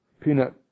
peanut